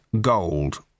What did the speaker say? gold